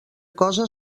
cosa